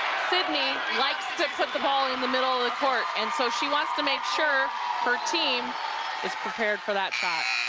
sidney likes to put the ball in the middle ofthe ah court, and so she wants to make sure her team is prepared for that shot.